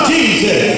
Jesus